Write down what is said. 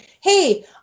hey